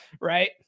Right